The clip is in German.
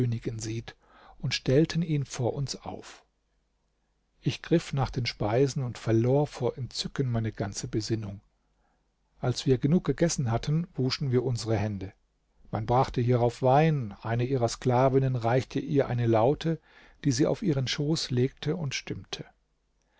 und stellten ihn vor uns auf ich griff nach den speisen und verlor vor entzücken meine ganze besinnung als wir genug gegessen hatten wuschen wir unsere hände man brachte hierauf wein eine ihrer sklavinnen reichte ihr eine laute die sie auf ihren schoß legte und stimmte